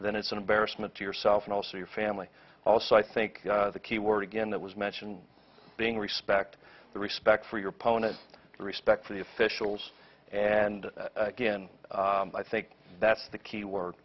then it's an embarrassment to yourself and also your family also i think the key word again that was mentioned being respect the respect for your opponent the respect for the officials and again i think that's the key